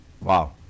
Wow